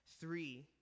Three